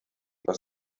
was